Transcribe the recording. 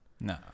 No